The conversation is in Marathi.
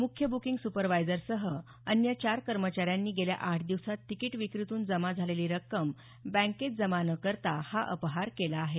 मुख्य बुकिंग सुपरवायझरसह अन्य चार कर्मचाऱ्यांनी गेल्या आठ दिवसात तिकीट विक्रीतून जमा झालेली रक्कम बँकेत जमा न करता हा अपहार केला आहे